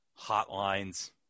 Hotlines